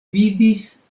vidis